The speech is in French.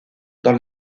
dans